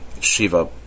Shiva